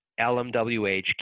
LMWH